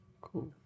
Cool